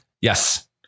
Yes